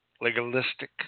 legalistic